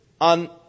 on